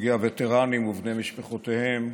נציגי הווטרנים ובני משפחותיהם,